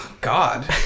God